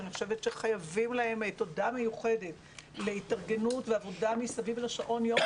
שאני חושבת שחייבים להם תודה מיוחדת להתארגנות ועבודה מסביב לשעון יום